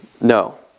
No